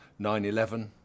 9-11